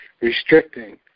restricting